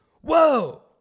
Whoa